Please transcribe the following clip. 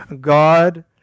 God